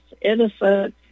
innocent